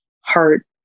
heart